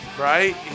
right